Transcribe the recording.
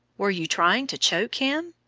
were you trying to choke him?